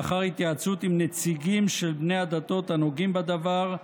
לאחר התייעצות עם נציגים של בני הדתות הנוגעים בדבר,